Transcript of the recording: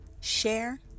share